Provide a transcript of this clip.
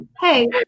Hey